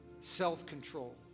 self-control